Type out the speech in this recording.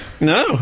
No